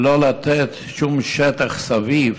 ולא לתת שום שטח מסביב,